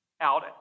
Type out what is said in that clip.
out